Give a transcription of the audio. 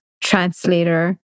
translator